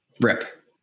rip